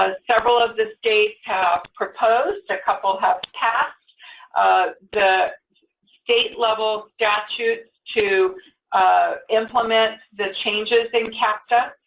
ah several of the states have proposed, a couple have passed the state level statute to implement the changes in capta,